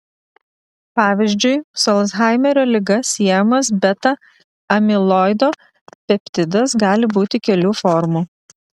pavyzdžiui su alzhaimerio liga siejamas beta amiloido peptidas gali būti kelių formų